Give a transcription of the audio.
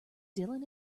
dylan